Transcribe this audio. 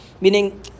Meaning